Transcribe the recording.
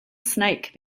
snake